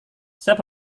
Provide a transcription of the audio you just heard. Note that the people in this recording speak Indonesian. saya